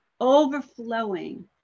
overflowing